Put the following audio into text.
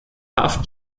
haft